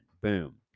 boom